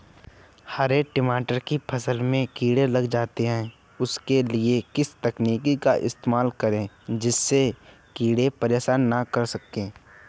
हरे मटर की फसल में कीड़े लग जाते हैं उसके लिए किस तकनीक का इस्तेमाल करें जिससे कीड़े परेशान ना कर सके?